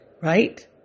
right